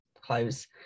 close